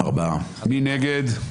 מי נגד?